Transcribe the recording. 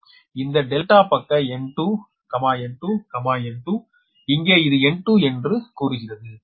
இந்த ∆ பக்க N2 N2 N2 இங்கே இது N2 என்று கூறுகிறது